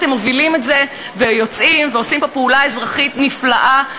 אתם מובילים את זה ויוצאים ועושים פה פעולה אזרחית נפלאה,